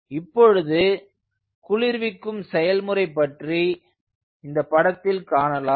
இப்பொழுது குளிர்விக்கும் செயல்முறை பற்றி இந்த படத்தில் பார்க்கலாம்